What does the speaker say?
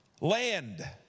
land